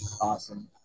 Awesome